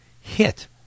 hit